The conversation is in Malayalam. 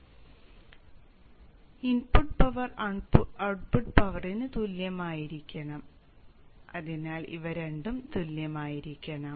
അതിനാൽ ഇൻപുട്ട് പവർ ഔട്ട്പുട്ട് പവറിന് തുല്യമായിരിക്കണം അതിനാൽ ഇവ രണ്ടും തുല്യമായിരിക്കണം